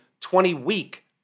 20-week